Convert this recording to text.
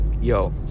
yo